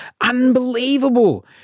Unbelievable